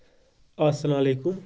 اَسلام علیکُم